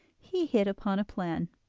he hit upon a plan.